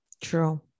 true